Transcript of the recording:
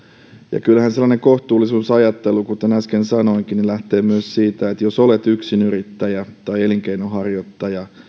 ja kyllähän sellainen kohtuullisuusajattelu kuten äsken sanoinkin lähtee myös siitä että jos olet yksinyrittäjä tai elinkeinonharjoittaja